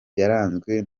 yaranzwe